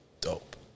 dope